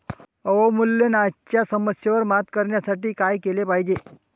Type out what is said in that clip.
अवमूल्यनाच्या समस्येवर मात करण्यासाठी काय केले पाहिजे?